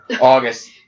August